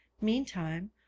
meantime